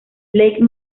lake